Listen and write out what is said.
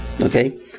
okay